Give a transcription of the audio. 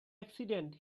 accident